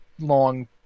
long